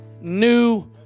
new